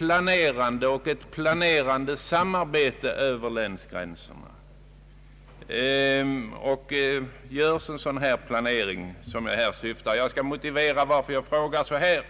närmast vilja fråga statsrådet, om det förekommer något planerande samarbete över länsgränserna. Jag skall motivera varför jag ställer den frågan.